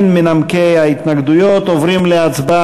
התש"ע 2010, נתקבלה.